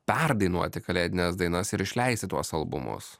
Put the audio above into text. perdainuoti kalėdines dainas ir išleisti tuos albumus